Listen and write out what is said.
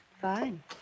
Fine